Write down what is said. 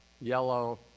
yellow